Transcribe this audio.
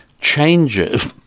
changes